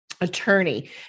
Attorney